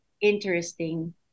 interesting